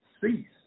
cease